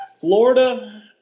Florida